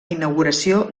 inauguració